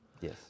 Yes